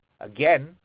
again